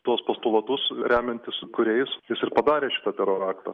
tuos postulatus remiantis kuriais jis ir padarė šitą teroro aktą